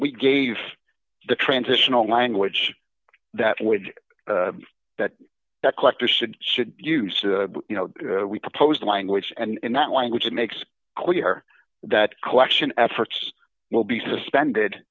we gave the transitional language that would that that collector should should use the you know we proposed language and that language makes clear that collection efforts will be suspended